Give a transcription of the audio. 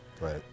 right